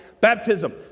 baptism